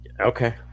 Okay